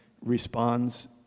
responds